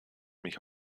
mich